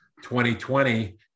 2020